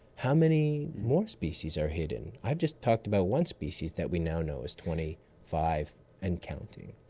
how many more species are hidden? i've just talked about one species that we now know is twenty five and counting,